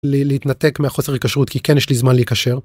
להתנתק מהחוסר היקשרות כי כן יש לי זמן להיקשר.